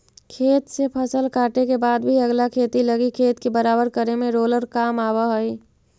खेत से फसल काटे के बाद भी अगला खेती लगी खेत के बराबर करे में रोलर काम आवऽ हई